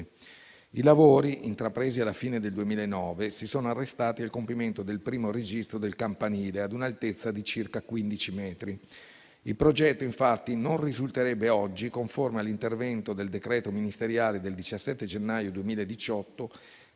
I lavori, intrapresi alla fine del 2009, si sono arrestati al compimento del primo registro del campanile ad un'altezza di circa 15 metri. Il progetto, infatti, non risulterebbe oggi conforme all'intervento del decreto ministeriale del 17 gennaio 2018,